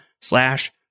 slash